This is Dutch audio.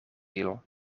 viel